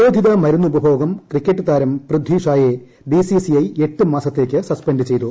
നിരോധിത മരുന്ന് ഉപഭോഗം ക്രിക്കറ്റ് താരം പൃഥ്വി ഷായെ ബിസിസിഐ എട്ട് മാസത്തേയ്ക്ക് സസ്പെൻഡ് ചെയ്തു